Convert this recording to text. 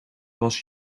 was